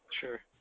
Sure